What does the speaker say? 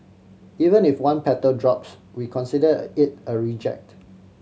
even if one petal drops we consider it a reject